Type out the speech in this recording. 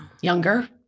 Younger